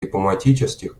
дипломатических